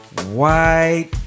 White